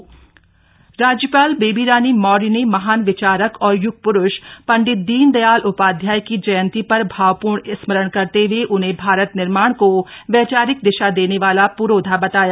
दीनदयाल जयंती राज्यपाल बेबी रानी मौर्य ने महान विचारक और यगप्रूष पंडित दीनदयाल उपाध्याय की जयंती पर भावपूर्ण स्मरण करते हुए उन्हें भारत निर्माण को वैचारिक दिशा देने वाला प्रोधा बताया